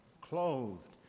clothed